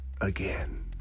again